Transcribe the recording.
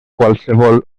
qualsevol